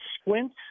squint